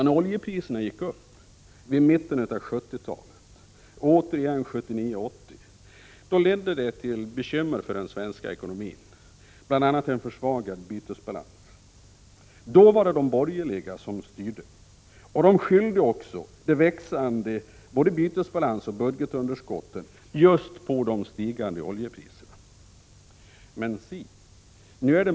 När oljepriserna gick upp vid mitten av 1970-talet och återigen 1979-1980 ledde det till bekymmer för den svenska ekonomin, bl.a. en försvagad bytesbalans. Då var det de borgerliga som styrde, och de skyllde de växande bytesbalansoch budgetunderskotten på just de stigande oljepriserna.